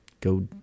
go